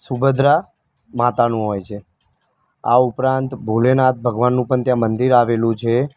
સુભદ્રા માતાનું હોય છે આ ઉપરાંત ભોલેનાથ ભગવાનનું પણ ત્યાં મંદિર આવેલું છે